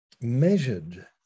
measured